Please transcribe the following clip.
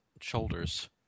shoulders